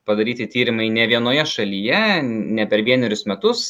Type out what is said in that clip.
padaryti tyrimai ne vienoje šalyje ne per vienerius metus